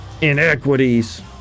inequities